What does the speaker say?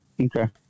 Okay